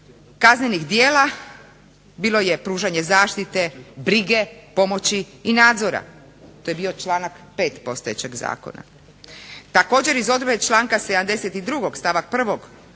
kaznenih djela bilo je pružanje zaštite, brige, pomoći i nadzora. To je bio članak 5. postojećeg zakona. Također iz odredbe članka 72. stavak 1.